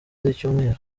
z’icyumweru